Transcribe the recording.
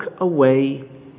away